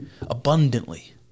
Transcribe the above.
Abundantly